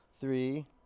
three